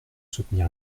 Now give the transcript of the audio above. soutenir